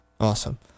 Awesome